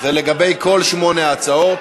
זה לגבי כל שמונה ההצעות.